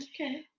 okay